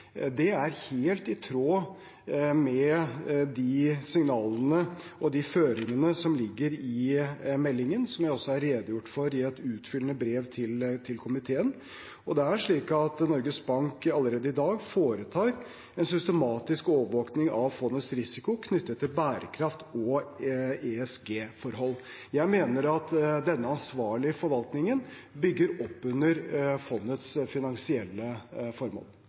Det er helt i tråd med de signalene og de føringene som ligger i meldingen, som jeg også har redegjort for i et utfyllende brev til komiteen. Det er slik at Norges Bank allerede i dag foretar en systematisk overvåkning av fondets risiko knyttet til bærekraft og ESG-forhold. Jeg mener at denne ansvarlige forvaltningen bygger opp under fondets finansielle formål.